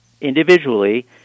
individually